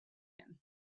him